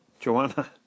Joanna